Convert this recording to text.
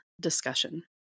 discussion